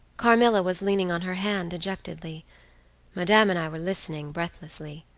carmilla was leaning on her hand dejectedly madame and i were listening breathlessly.